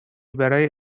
برای